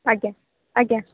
ଆଜ୍ଞା ଆଜ୍ଞା